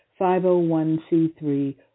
501c3